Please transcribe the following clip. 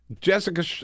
jessica